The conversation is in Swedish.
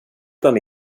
bland